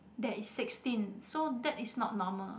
there is sixteen so that is not normal